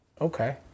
Okay